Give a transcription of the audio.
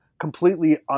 completely